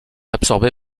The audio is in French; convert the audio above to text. absorbé